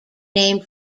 named